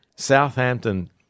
Southampton